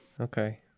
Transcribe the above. Okay